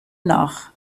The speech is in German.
nach